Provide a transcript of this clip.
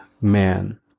man